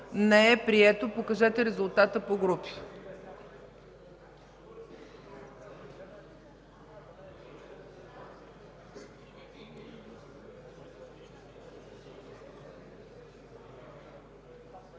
не е прието. Покажете резултата по групи.